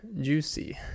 juicy